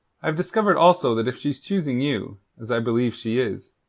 i have discovered also that if she's choosing you, as i believe she is,